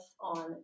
on